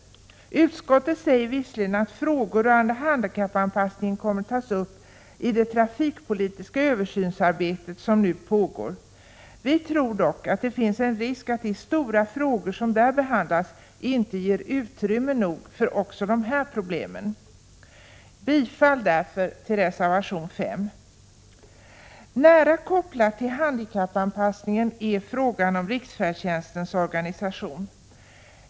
1986/87:127 säger visserligen att frågor rörande handikappanpassningen kommer att tas 20 maj 1987 upp i det trafikpolitiska översynsarbete som nu pågår. Vi tror dock att det ' finns en risk för att de stora frågor som där behandlas inte ger utrymme nog också för dessa problem. Jag yrkar därför bifall till reservation 5. Nära kopplat till handikappanpassningen är frågan om riksfärdstjänstens organisation.